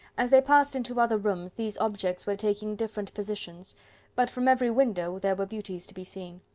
as they passed into other rooms these objects were taking different positions but from every window there were beauties to be seen.